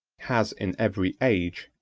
has, in every age,